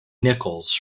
nichols